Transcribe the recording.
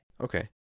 Okay